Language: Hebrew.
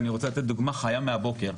אני רוצה לתת דוגמה חיה מהבוקר.